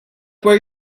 where